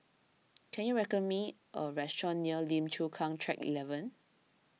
can you recommend me a restaurant near Lim Chu Kang Track eleven